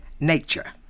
Nature